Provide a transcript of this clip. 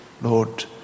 Lord